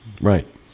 Right